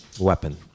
weapon